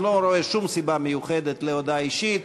אני לא רואה שום סיבה מיוחדת להודעה אישית.